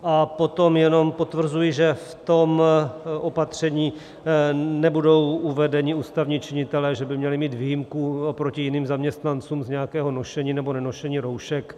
A potom jenom potvrzuji, že v tom opatření nebudou uvedeni ústavní činitelé, že by měli mít výjimku oproti jiným zaměstnancům z nějakého nošení nebo nenošení roušek.